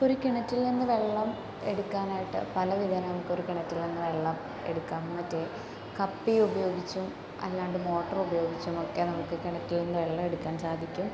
ഇപ്പോൾ ഒരു കിണറ്റിൽ നിന്ന് വെള്ളം എടുക്കാനായിട്ട് പലവിധേന നമുക്ക് ഒരു കിണറ്റിൽ നിന്ന് വെള്ളം എടുക്കാം മറ്റേ കപ്പി ഉപയോഗിച്ചും അല്ലാണ്ട് മോട്ടറ് ഉപയോഗിച്ചും ഒക്കെ നമുക്ക് കിണറ്റിൽ നിന്ന് വെള്ളം എടുക്കാൻ സാധിക്കും